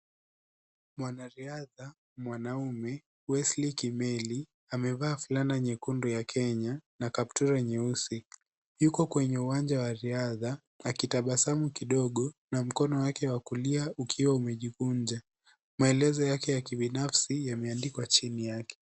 Mwanariadha mwanaume Wesly Kimeli amevaa fulana nyekundu ya Kenya na kaptura nyeusi yuko kwenye uwanja wa riadha akitabasamu kidogo na mkono wake wa kulia ukiwa umejikunja maelezo yake ya kibinafsi yameandikwa chini yake.